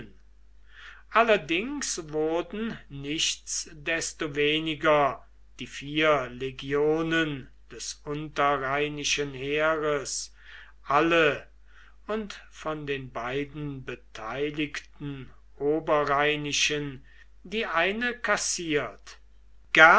allerdings wurden nichtsdestoweniger die vier legionen des unterrheinischen heeres alle und von den beiden beteiligten oberrheinischen die eine kassiert